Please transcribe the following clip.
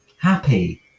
happy